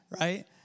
right